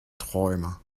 träumer